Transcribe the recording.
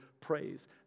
praise